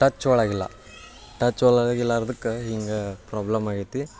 touch ಒಳಗಿಲ್ಲ touch ಒಳಗಿಲ್ಲಾರ್ದಕ್ಕೆ ಹಿಂಗೇ ಪ್ರಾಬ್ಲಮ್ ಆಗೇತಿ